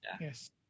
Yes